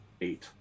Eight